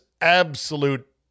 absolute